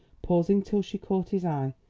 pausing till she caught his eye,